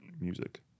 music